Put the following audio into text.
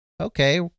okay